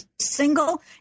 single